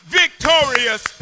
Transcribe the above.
victorious